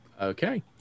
Okay